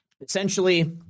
Essentially